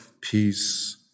peace